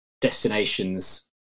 destinations